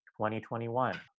2021